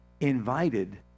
invited